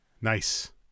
Nice